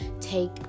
take